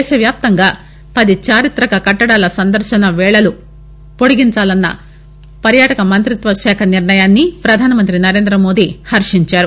దేశవ్యాప్తంగా పది చారిత్రక కట్టడాల సందర్శన వేళలను పొడిగించాలన్న పర్యాటక మంతిత్వశాఖ నిర్ణయాన్ని పధానమంతి నరేందమోదీ హరించారు